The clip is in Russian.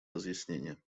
разъяснения